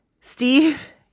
Steve